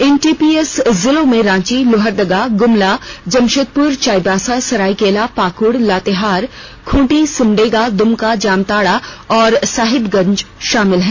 इन TPS जिलों में रांची लोहरदगा गुमला जमशेदपुर चाईबासा सरायकेला पाकुड़ लातेहार खूंटी सिमडेगा द्मका जामताड़ा और साहिबगंज शामिल हैं